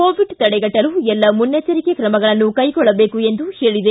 Covid ತಡೆಗಟ್ಟಲು ಎಲ್ಲ ಮುನ್ನೆಚ್ಚರಿಕೆ ಕ್ರಮಗಳನ್ನು ಕೈಗೊಳ್ಳಬೇಕು ಎಂದು ಹೇಳಿದೆ